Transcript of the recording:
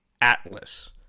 Atlas